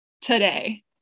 today